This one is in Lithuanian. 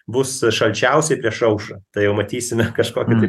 bus šalčiausiai prieš aušrą tai jau matysime kažkokį tai